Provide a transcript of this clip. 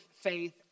faith